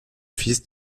fils